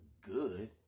good